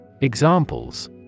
Examples